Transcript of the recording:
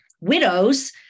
widows